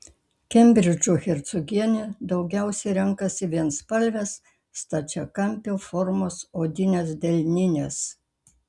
kembridžo hercogienė daugiausiai renkasi vienspalves stačiakampio formos odines delnines